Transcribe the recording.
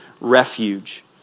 refuge